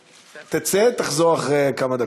תצא ותחזור אחרי כמה דקות.